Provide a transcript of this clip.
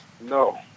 No